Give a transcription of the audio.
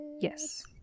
Yes